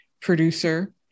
producer